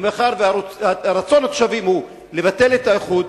ומאחר שרצון התושבים הוא לבטל את האיחוד,